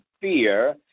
fear